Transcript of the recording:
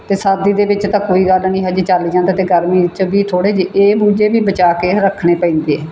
ਅਤੇ ਸਰਦੀ ਦੇ ਵਿੱਚ ਤਾਂ ਕੋਈ ਗੱਲ ਨਹੀਂ ਹਜੇ ਚੱਲੀ ਜਾਂਦਾ ਅਤੇ ਗਰਮੀ ਵਿੱਚ ਵੀ ਥੋੜ੍ਹੇ ਜਿਹੇ ਇਹ ਬੂਝੇ ਵੀ ਬਚਾ ਕੇ ਰੱਖਣੇ ਪੈਂਦੇ ਹੈ